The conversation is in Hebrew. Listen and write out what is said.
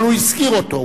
אבל הוא הזכיר אותו.